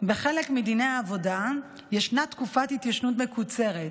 בחלק מדיני העבודה ישנה תקופת התיישנות מקוצרת.